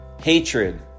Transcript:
hatred